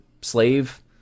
slave